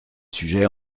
sujet